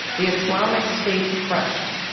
the islamic state crushed,